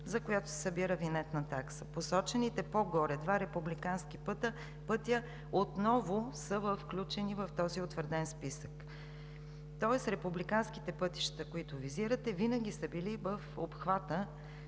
за която се събира винетна такса. Посочените по-горе два републикански пътя отново са включени в този утвърден списък. Тоест републиканските пътища, които визирате, винаги са били в обхвата